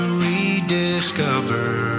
rediscover